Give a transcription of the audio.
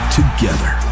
together